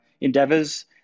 endeavors